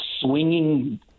swinging –